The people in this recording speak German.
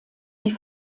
die